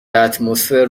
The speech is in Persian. اتمسفر